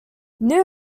new